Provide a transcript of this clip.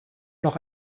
noch